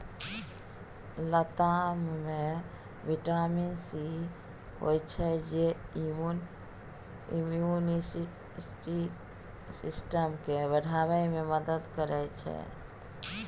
लताम मे vitamin C होइ छै जे इम्युन सिस्टम केँ बढ़ाबै मे मदद करै छै